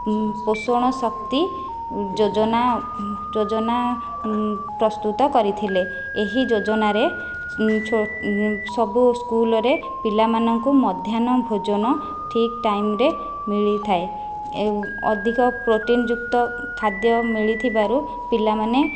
ପୋଷଣ ଶକ୍ତି ଯୋଜନା ଯୋଜନା ପ୍ରସ୍ତୁତ କରିଥିଲେ ଏହି ଯୋଜନାରେ ସବୁ ସ୍କୁଲରେ ପିଲାମାନଙ୍କୁ ମଧ୍ୟାହ୍ନ ଭୋଜନ ଠିକ ଟାଇମ୍ ରେ ମିଳିଥାଏ ଏହି ଅଧିକ ପ୍ରୋଟିନ୍ ଯୁକ୍ତ ଖାଦ୍ୟ ମିଳିଥିବାରୁ ପିଲାମାନେ